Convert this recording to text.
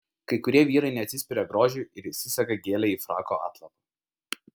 kai kurie vyrai neatsispiria grožiui ir įsisega gėlę į frako atlapą